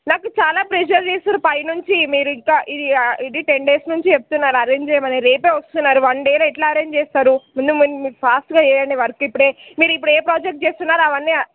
నాకు చాలా ప్రెజర్ చేస్తున్నారు పై నుంచి మీరు ఇంకా ఇది టెన్ డేస్ నుంచి చెప్తున్నారు అరేంజ్ చేయమని రేపే వస్తున్నారు వన్ డేలో ఎట్లా అరేంజ్ చేస్తారు ముందు మీ మీరు ఫాస్ట్గా చెయ్యండి వర్క్ ఇప్పుడే మీరు ఇప్పుడు ఏ ప్రాజెక్ట్ చేస్తున్నారు అవన్నీ